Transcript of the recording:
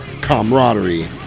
camaraderie